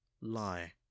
Lie